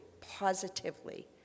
positively